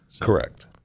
correct